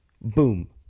boom